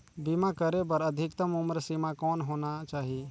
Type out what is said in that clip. बीमा करे बर अधिकतम उम्र सीमा कौन होना चाही?